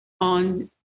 on